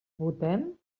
votem